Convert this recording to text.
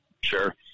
Sure